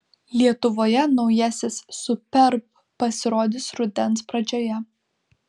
lietuvoje naujasis superb pasirodys rudens pradžioje